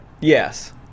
Yes